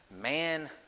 man